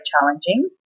challenging